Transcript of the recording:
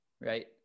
right